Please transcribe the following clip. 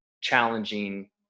challenging